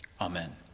Amen